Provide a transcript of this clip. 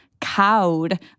cowed